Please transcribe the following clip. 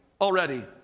already